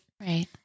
Right